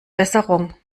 besserung